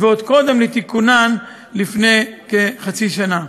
ועוד קודם לתיקונן לפני כחצי שנה.